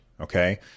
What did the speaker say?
okay